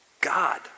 God